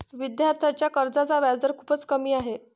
विद्यार्थ्यांच्या कर्जाचा व्याजदर खूपच कमी आहे